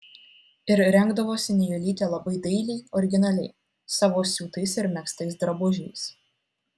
ir rengdavosi nijolytė labai dailiai originaliai savo siūtais ir megztais drabužiais